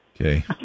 Okay